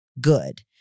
good